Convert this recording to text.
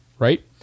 Right